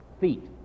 feet